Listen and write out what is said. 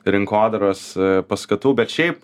rinkodaros paskatų bet šiaip